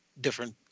different